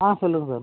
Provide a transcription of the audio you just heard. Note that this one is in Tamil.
ஆ சொல்லுங்கள் சார்